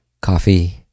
coffee